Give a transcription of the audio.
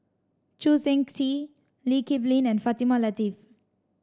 Choo Seng Quee Lee Kip Lin and Fatimah Lateef